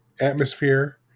atmosphere